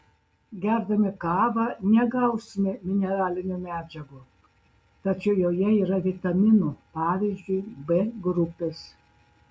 gerdami kavą negausime mineralinių medžiagų tačiau joje yra vitaminų pavyzdžiui b grupės